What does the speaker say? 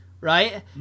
right